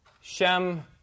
Shem